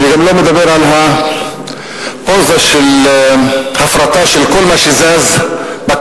אני גם לא מדבר גם על הפוזה של הפרטה של כל מה שזז בכלכלה.